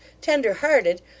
Tender-hearted